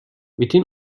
within